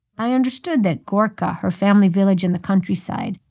i understood that gorkha, her family village in the countryside,